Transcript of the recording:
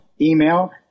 email